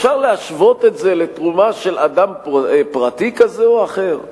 אפשר להשוות את זה לתרומה של אדם פרטי כזה או אחר?